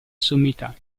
sommità